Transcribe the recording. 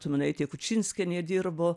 tuminaitė kučinskienė dirbo